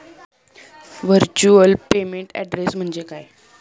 Virtual payment address म्हणजे काय?